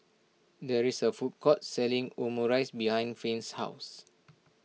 there is a food court selling Omurice behind Finn's house